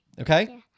okay